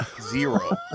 Zero